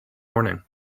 morning